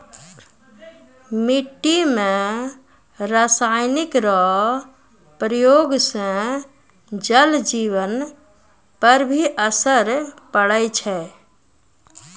मिट्टी मे रासायनिक रो प्रयोग से जल जिवन पर भी असर पड़ै छै